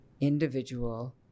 individual